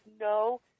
no –